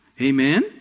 Amen